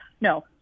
No